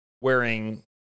wearing